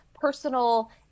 personal